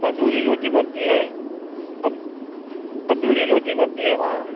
तंदूरी रोटी बनती है तंदूरी रोटी बनती है वहाँ